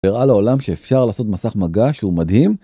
הראה לעולם שאפשר לעשות מסך מגע שהוא מדהים.